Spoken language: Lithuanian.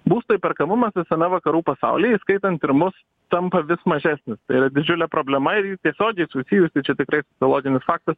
būsto įperkamumas visame vakarų pasaulyje įskaitant ir mus tampa vis mažesnis tai yra didžiulė problema ir ji tiesiogiai susijusi čia tikrai loginis faktas